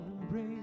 embrace